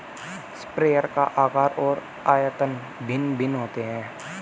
sprayer का आकार और आयतन भिन्न भिन्न होता है